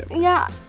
yeah.